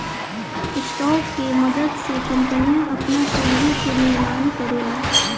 stock के मदद से कंपनियां आपन पूंजी के निर्माण करेला